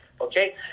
okay